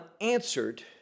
answered